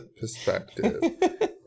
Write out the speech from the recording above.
perspective